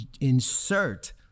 insert